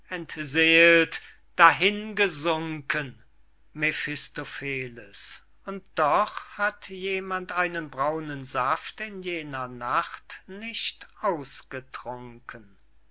entseelt dahin gesunken mephistopheles und doch hat jemand einen braunen saft in jener nacht nicht ausgetrunken